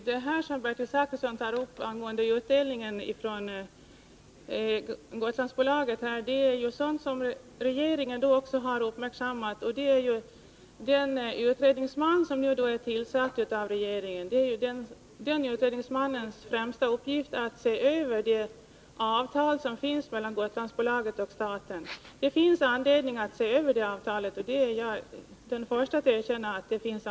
Herr talman! Det som Bertil Zachrisson tar upp angående utdelningen från Gotlandbolaget är sådant som regeringen har uppmärksammat. Den utredningsman som har tillsatts av regeringen har som främsta uppgift att se över det avtal som finns mellan Gotlandsbolaget och staten. Det finns anledning att se över detta avtal — jag är den förste att erkänna det.